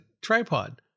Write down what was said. tripod